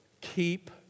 Keep